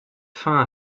fin